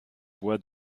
bois